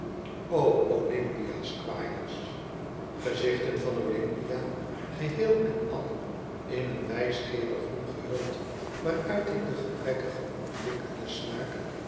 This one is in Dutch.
o olympia squires gezichten van olympia geheel en al in een wijsgeerig groen gehuld waaruit ik den gebrekkig ontwikkelden smaak